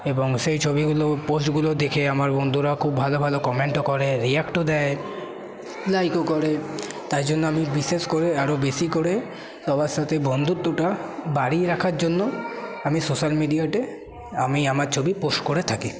এবং সেই ছবিগুলো পোস্টগুলো দেখে আমার বন্ধুরাও খুব ভালো ভালো কমেন্টও করে রিয়াক্টও দেয় লাইকও করে তাই জন্য আমি বিশেষ করে আরও বেশি করে সবার সাথে বন্ধুত্বটা বাড়িয়ে রাখার জন্য আমি সোশ্যাল মিডিয়াতে আমি আমার ছবি পোস্ট করে থাকি